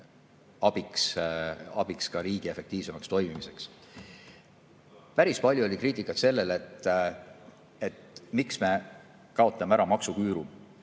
abiks ka riigi efektiivsemaks toimimiseks. Päris palju oli kriitikat selle kohta, miks me kaotame ära maksuküüru.